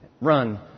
run